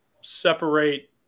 separate